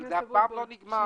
אבל זה אף פעם לא נגמר.